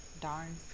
Darn